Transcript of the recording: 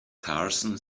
carson